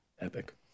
Epic